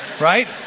right